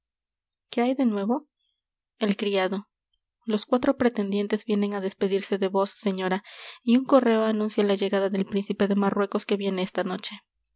qué hay de nuevo el criado los cuatro pretendientes vienen á despedirse de vos señora y un correo anuncia la llegada del príncipe de marruecos que viene esta noche